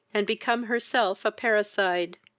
and become herself a parricide